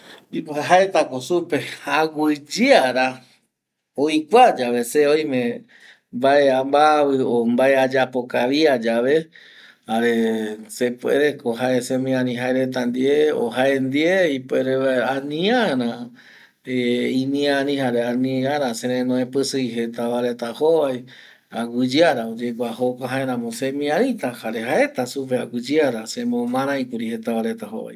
Jaetako supe aguiyeara oikua yave se oime mbae ambavi o mbae ayapo kavia yave jare sepuereko jae semiari jae reta ndie jaendie ipuere vaera, aniara imiari, jare aniara serenoe pisii, jetava reta jovai aguiyeara oyekua jokua, jaeramo semiarita jare jaeta supe aguiyeara semomarai kuri jetava reta jovai